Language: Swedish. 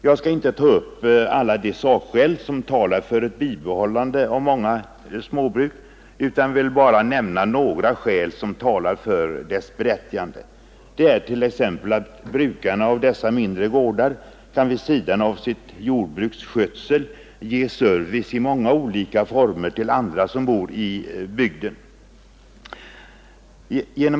Jag skall inte ta upp alla de sakskäl som talar för ett bibehållande av många småbruk utan vill bara nämna några skäl som talar för deras berättigande, t.ex. att brukarna av dessa mindre gårdar vid sidan av skötseln av sitt jordbruk kan ge service i många olika former till andra som bor i bygden.